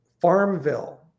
farmville